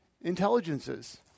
intelligences